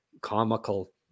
comical